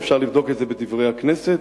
ואפשר לבדוק את זה ב"דברי הכנסת",